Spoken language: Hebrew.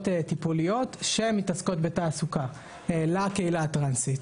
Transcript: טיפוליות שמתעסקות בתעסוקה לקהילה הטרנסית.